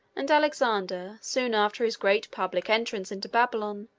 and alexander, soon after his great public entrance into babylon,